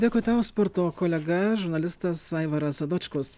dėkui tau sporto kolega žurnalistas aivaras dočkus